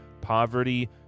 poverty